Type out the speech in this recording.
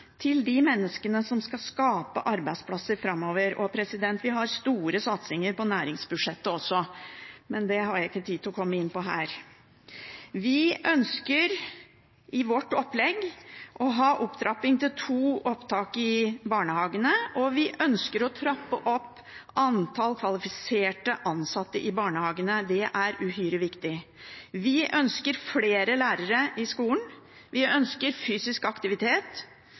til de menneskene som skal skape arbeidsplasser framover. Vi har store satsinger på næringsbudsjettet også, men det har jeg ikke tid til å komme inn på her. Vi ønsker i vårt opplegg en opptrapping til to opptak i barnehagene, og vi ønsker å trappe opp antall kvalifiserte ansatte i barnehagene. Det er uhyre viktig. Vi ønsker flere lærere i skolen. Vi ønsker fysisk aktivitet,